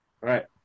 right